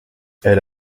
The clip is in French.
elle